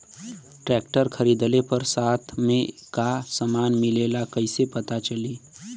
Tractor खरीदले पर साथ में का समान मिलेला कईसे पता चली?